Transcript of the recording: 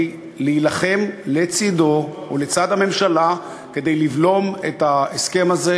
להילחם לצדו ולצד הממשלה כדי לבלום את ההסכם הזה,